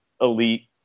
elite